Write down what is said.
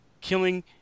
killing